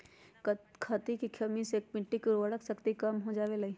कथी के कमी से मिट्टी के उर्वरक शक्ति कम हो जावेलाई?